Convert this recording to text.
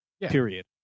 period